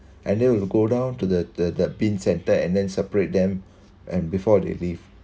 and then will go down to the the bin centre and then separate them and before they leave